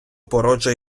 породжує